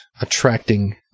attracting